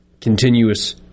continuous